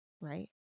right